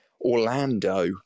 Orlando